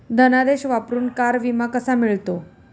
धनादेश वापरून कार विमा कसा मिळतो?